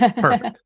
Perfect